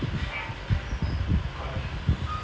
I mean we can ask lah wait what is this they say